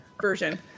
version